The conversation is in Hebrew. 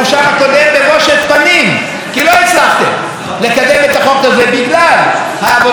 כי לא הצלחתם לקדם את החוק הזה בגלל העבודה הפרלמנטרית הטובה,